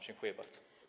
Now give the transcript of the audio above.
Dziękuję bardzo.